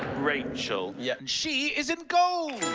rachel. yeah. and she is in gold.